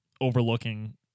overlooking